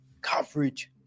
coverage